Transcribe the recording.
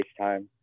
FaceTime